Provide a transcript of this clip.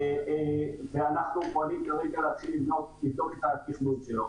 ואנחנו פועלים לבנות את התכנון שלו.